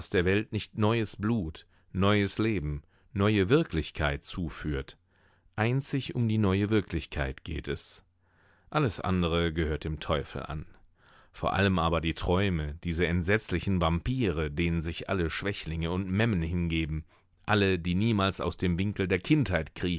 der welt nicht neues blut neues leben neue wirklichkeit zuführt einzig um die neue wirklichkeit geht es alles andere gehört dem teufel an vor allem aber die träume diese entsetzlichen vampire denen sich alle schwächlinge und memmen hingeben alle die niemals aus dem winkel der kindheit